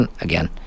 again